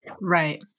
Right